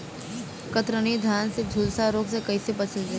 कतरनी धान में झुलसा रोग से कइसे बचल जाई?